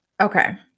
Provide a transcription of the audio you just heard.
Okay